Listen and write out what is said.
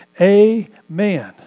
Amen